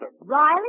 Riley